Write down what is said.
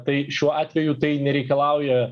tai šiuo atveju tai nereikalauja